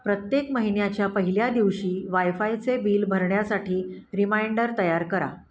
प्रत्येक महिन्याच्या पहिल्या दिवशी वायफायचे बिल भरण्यासाठी रिमाइंडर तयार करा